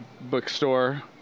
bookstore